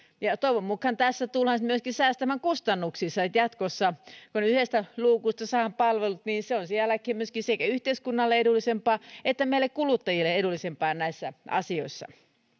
ja ja toivon mukaan tässä tullaan myöskin säästämään kustannuksissa niin että jatkossa kun yhdeltä luukulta saadaan palvelut se on sen jälkeen myöskin sekä yhteiskunnalle edullisempaa että meille kuluttajille edullisempaa näissä asioissa